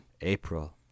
April